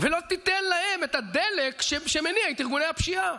ולא תיתן להם את הדלק שמניע את ארגוני הפשיעה.